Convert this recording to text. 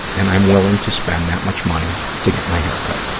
and i'm willing to spend that much money to get my hair cut.